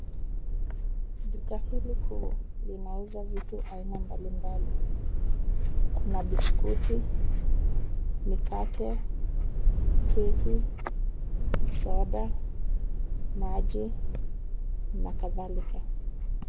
Duka hili kuu linauza vitu aina mbalimbali. Kuna biskuti, mikate, keki , soda, maji na kadhalika.